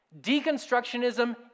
Deconstructionism